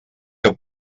que